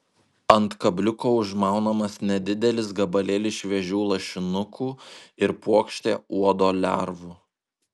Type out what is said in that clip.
ant kabliuko užmaunamas nedidelis gabalėlis šviežių lašinukų ir puokštė uodo lervų